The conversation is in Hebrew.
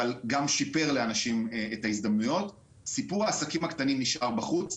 אבל גם שיפר לאנשים את ההזדמנויות סיפור העסקים הקטנים נשאר בחוץ.